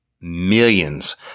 millions